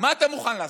מה אתה מוכן לעשות?